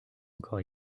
encore